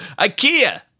IKEA